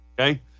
Okay